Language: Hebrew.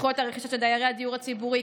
זכויות רכישה לדיירי הדיור הציבורי,